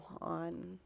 on